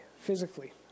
physically